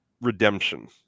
redemption